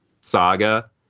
Saga